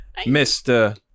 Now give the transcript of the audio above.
Mr